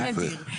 זה נדיר.